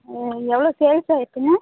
ஓ எவ்வளோ சேல்ஸ் ஆகிருக்குங்க